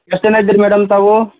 ಎಷ್ಟು ಜನ ಇದ್ದೀರಿ ಮೇಡಮ್ ತಾವು